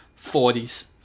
40s